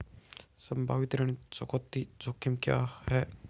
संभावित ऋण चुकौती जोखिम क्या हैं?